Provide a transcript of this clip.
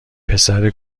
پسر